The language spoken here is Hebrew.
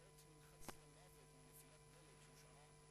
והיא תיכנס לספר החוקים של מדינת ישראל.